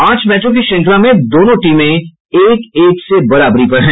पांच मैचों की श्रंखला में दोनों टीमें एक एक से बराबरी पर हैं